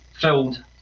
filled